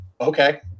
Okay